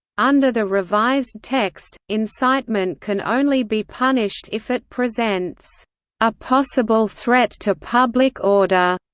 under the revised text, incitement can only be punished if it presents a possible threat to public order.